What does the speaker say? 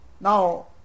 Now